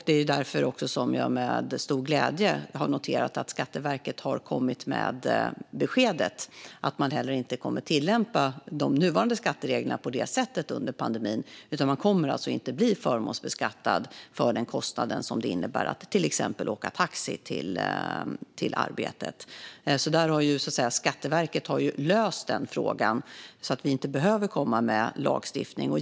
Det är därför jag med stor glädje har noterat att Skatteverket har kommit med beskedet att de inte kommer att tillämpa de nuvarande skattereglerna på det sättet under pandemin. Man kommer alltså inte att bli förmånsbeskattad för den kostnad det innebär att till exempel åka taxi till arbetet. Skatteverket har löst den frågan så att vi inte behöver komma med lagstiftning.